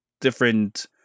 different